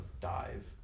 dive